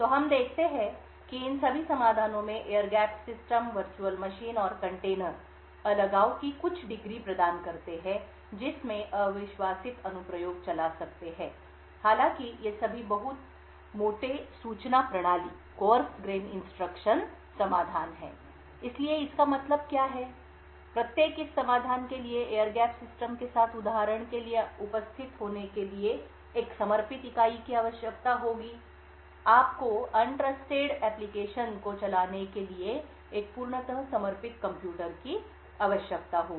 तो हम देखते हैं कि इन सभी समाधानों में air gapped system virtual machine और कंटेनर अलगाव की कुछ डिग्री प्रदान करते हैं जिसमें अविश्वासित अनुप्रयोग चला सकते हैं हालांकि ये सभी बहुत मोटे सूचना प्रणाली समाधान हैं इसलिए इसका मतलब क्या है प्रत्येक इस समाधान के लिए एयर गैप सिस्टम के साथ उदाहरण के लिए उपस्थित होने के लिए एक समर्पित इकाई की आवश्यकता होगी आपको अविश्वासित अनुप्रयोग को चलाने के लिए एक पूर्णत समर्पित कंप्यूटर की आवश्यकता होगी